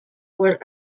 were